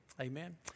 Amen